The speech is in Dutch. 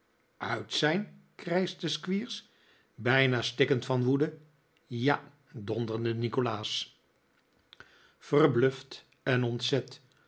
uit zijn krijschte squeers bijna stikkend van woede ja donderde nikolaas verbluft en ontzet